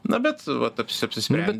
na bet vat aps apsisprendė